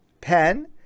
pen